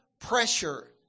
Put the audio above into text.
pressure